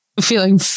feeling